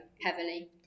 heavily